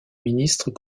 ministres